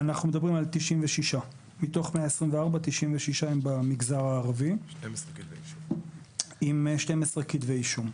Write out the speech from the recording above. מדברים על 96, עם 12 כתבי אישום.